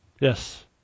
Yes